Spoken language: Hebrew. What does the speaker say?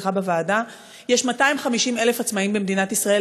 אצלך בוועדה: יש 250,000 עצמאים במדינת ישראל.